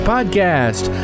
Podcast